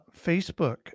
Facebook